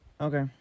Okay